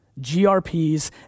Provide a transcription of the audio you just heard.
GRPs